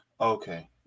Okay